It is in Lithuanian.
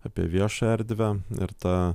apie viešą erdvę ir ta